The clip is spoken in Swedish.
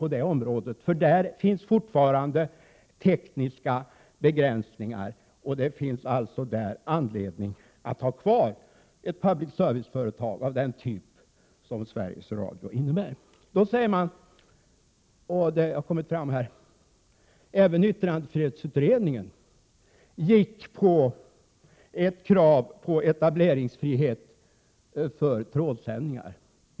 På detta område råder nämligen fortfarande tekniska begränsningar. Det finns alltså anledning att ha kvar ett public service-företag av den typ som Sveriges Radio utgör. Då säger några att även yttrandefrihetsutredningen reste krav på etableringsfrihet för trådsändningar.